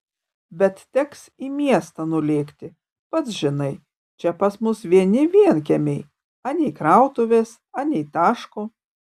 bet teks į miestą nulėkti pats žinai čia pas mus vieni vienkiemiai anei krautuvės anei taško